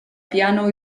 piano